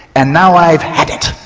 and now i've had it.